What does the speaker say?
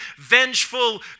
vengeful